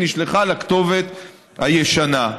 נשלחה לכתובת הישנה.